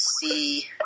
see